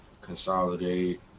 consolidate